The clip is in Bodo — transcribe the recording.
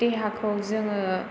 देहाखौ जोङो